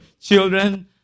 children